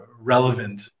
relevant